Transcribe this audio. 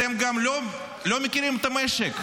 אתם גם לא מכירים את המשק,